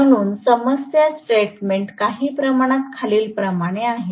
म्हणून समस्या स्टेटमेंट काही प्रमाणात खालीलप्रमाणे आहे